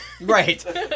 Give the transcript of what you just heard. Right